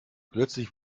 plötzlich